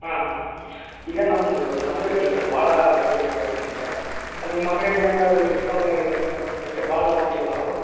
ಹಾಂ ಹಾಂ ಈಗ ನಮ್ಮದು ಮದುವೆ ಐತಲ್ಲ ಸರ್ ಭಾಳ ಬಟ್ಟೆ ಬೇಕಾಗಿತ್ ನಮಗೆ ಅಲ್ಲಿ ನಿಮ್ಮ ಅಂಗಡೀಲಿ ಏನಾರೂ ಡಿಸ್ಕೌಂಟ್ ಏನಾರೂ ಇದೆ ಏನು ಸರ್ ಯಾಕರ್ ಭಾಳ ತೊಗೊತಿವಲ್ ನಾವು